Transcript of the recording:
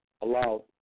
allowed